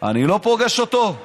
אני לא פוגש אותו?